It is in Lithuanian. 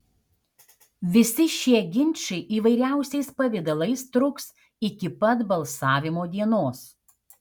visi šie ginčai įvairiausiais pavidalais truks iki pat balsavimo dienos